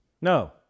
No